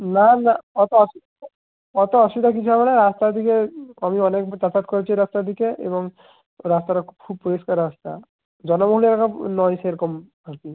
না না অত অসু অত অসুবিধা কিছু হবেনা রাস্তার দিকে আমি অনেকবার যাতায়াত করেছি রাস্তার দিকে এবং রাস্তাটা খুব পরিষ্কার রাস্তা জনবহুল হয় না নয় সেরকম আরকি